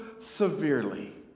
severely